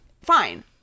fine